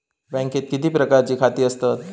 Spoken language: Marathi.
बँकेत किती प्रकारची खाती असतत?